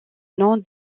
nom